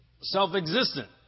Self-existent